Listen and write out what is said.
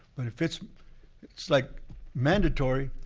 but if it's it's like mandatory,